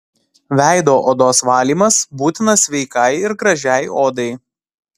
veido odos valymas būtinas sveikai ir gražiai odai